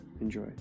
enjoy